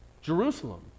Jerusalem